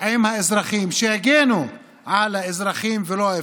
עם האזרחים, שיגנו על האזרחים, ולא ההפך.